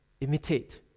Imitate